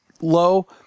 low